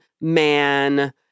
man